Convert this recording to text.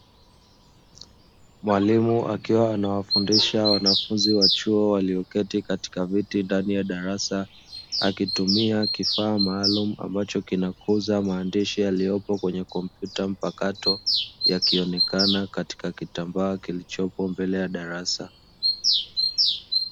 Mwalimu akiwa anawafundisha wanafunzi wa chuo, walioketi katika viti ndani ya darasa, akitumia kifaa maalum ambacho kinakuza maandishi yaliyopo kwenye kompyuta mpakato yakionekana katika kitambaa kilichopo mbele ya darasa.